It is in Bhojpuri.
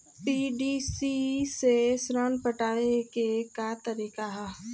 पी.डी.सी से ऋण पटावे के का तरीका ह?